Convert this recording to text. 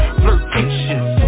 flirtations